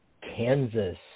Kansas